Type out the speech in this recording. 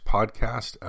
Podcast